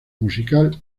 musical